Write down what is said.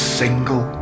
single